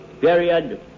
period